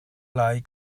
lai